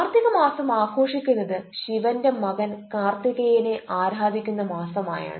കാർത്തിക മാസം ആഘോഷിക്കുന്നത് ശിവന്റെ മകൻ കാർത്തികേയനെ ആരാധിക്കുന്ന മാസമായാണ്